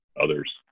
others